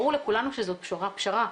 ברור לכולנו שזאת פשרה.